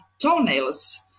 toenails